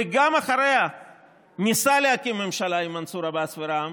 וגם אחריה ניסה להקים ממשלה עם מנסור עבאס ורע"מ,